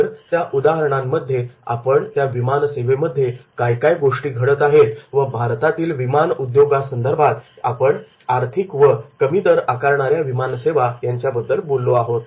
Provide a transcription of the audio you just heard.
तर त्या उदाहरणांमध्ये आपण त्या विमान सेवेमध्ये काय काय गोष्टी घडत आहेत व भारतातील विमान उद्योग यासंदर्भातील आपण आर्थिक व कमी दर आकारणाऱ्या विमान सेवा बद्दल बोललो आहोत